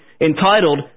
entitled